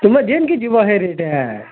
ତୁମେ ଯେନ୍କେ ଯିବ ହେ ରେଟ୍ ଆଏ